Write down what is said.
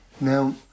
Now